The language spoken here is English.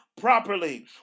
properly